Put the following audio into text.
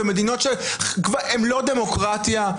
ומדינות שהן לא דמוקרטיה,